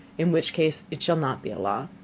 in which case it shall not be a law.